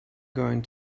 going